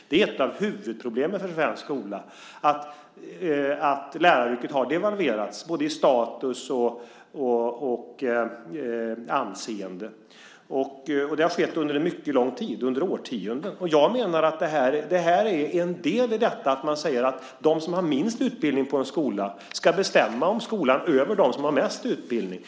Det är ett av huvudproblemen för svensk skola att läraryrket har devalverats, både i status och anseende. Det har skett under mycket lång tid - under årtionden. Jag menar att det här är en del i detta. Man säger att de som har minst utbildning på en skola ska bestämma om skolan över dem som har mest utbildning.